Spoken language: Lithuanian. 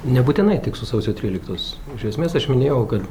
nebūtinai tik su sausio tryliktos iš esmės aš minėjau kad